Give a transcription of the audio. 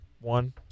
one